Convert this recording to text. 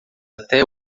até